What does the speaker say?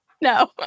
no